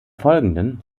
folgenden